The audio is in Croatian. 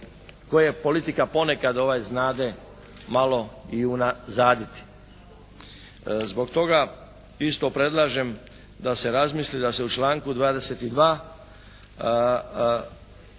koje politika ponekad znade malo i unazaditi. Zbog toga isto predlažem da se razmisli da se u članku 22.